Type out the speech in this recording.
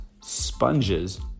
sponges